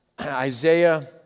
Isaiah